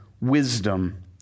wisdom